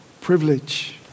privilege